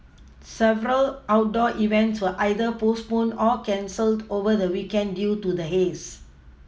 several outdoor events were either postponed or cancelled over the weekend due to the haze